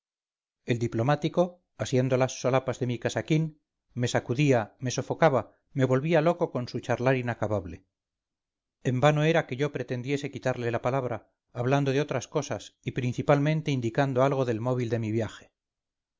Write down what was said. el diplomático asiendo las solapas de mi casaquín mesacudía me sofocaba me volvía loco con su charlar inacabable en vano era que yo pretendiese quitarle la palabra hablando de otras cosas y principalmente indicando algo del móvil de mi viaje